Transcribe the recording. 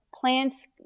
plants